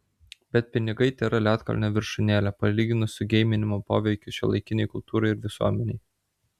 bet pinigai tėra ledkalnio viršūnėlė palyginus su geiminimo poveikiu šiuolaikinei kultūrai ir visuomenei